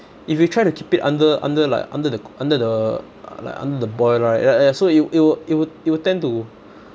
if you try to keep it under under like under the q~ under the uh like under the boil right ya ya so it'll it'll it'll it will tend to